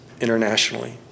internationally